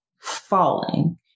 falling